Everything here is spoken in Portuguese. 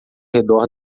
redor